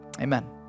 amen